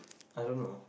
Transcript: I don't know